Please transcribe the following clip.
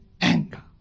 anger